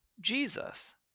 jesus